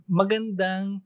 magandang